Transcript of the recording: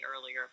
earlier